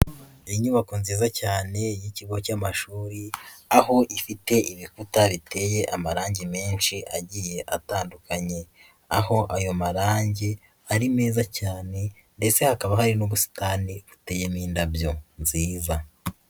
Inyubako nziza cyane y'ikigo cy'amashuri aho ifite ibikuta biteye amarangi menshi agiye atandukanye, aho ayo marangi ari meza cyane ndetse hakaba hari n'ubusitani buteye n'indabyo nziza.